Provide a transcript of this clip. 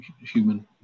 human